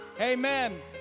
Amen